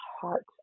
heart